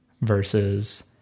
versus